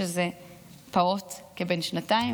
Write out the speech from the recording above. שזה פעוט כבן שנתיים,